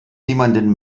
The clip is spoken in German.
niemanden